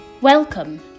Welcome